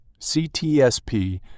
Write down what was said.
CTSP